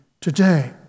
today